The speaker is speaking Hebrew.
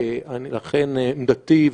לכן עמדתי,